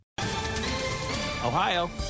Ohio